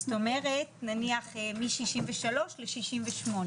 זאת אומרת נניח מ-63 ל-68,